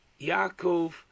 Yaakov